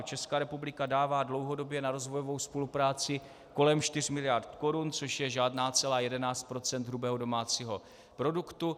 Česká republika dává dlouhodobě na rozvojovou spolupráci kolem 4 mld. Kč, což je 0,11 % hrubého domácího produktu.